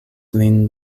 lin